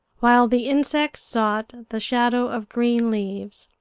while the insects sought the shadow of green leaves.